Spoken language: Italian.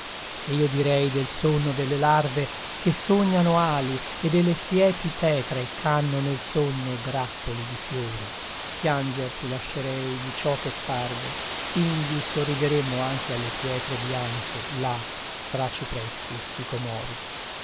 e io direi del sonno delle larve che sognano ali e delle siepi tetre chhanno nel sonno grappoli di fiori pianger ti lascierei di ciò che sparve indi sorrideremmo anche alle pietre bianche là tra cipressi e sicomori